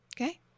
Okay